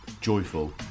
joyful